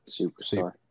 superstar